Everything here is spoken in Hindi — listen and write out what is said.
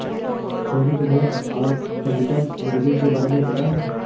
सोनू, तुम्हे ऑर्पिंगटन मुर्गी के बारे में पता है?